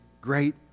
great